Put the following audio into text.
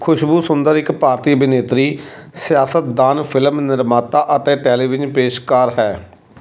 ਖੁਸ਼ਬੂ ਸੁੰਦਰ ਇੱਕ ਭਾਰਤੀ ਅਭਿਨੇਤਰੀ ਸਿਆਸਤਦਾਨ ਫ਼ਿਲਮ ਨਿਰਮਾਤਾ ਅਤੇ ਟੈਲੀਵਿਜ਼ਨ ਪੇਸ਼ਕਾਰ ਹੈ